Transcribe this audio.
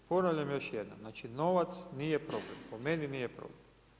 Ponavljam još jednom, znači novac nije problem, po meni nije problem.